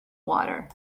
water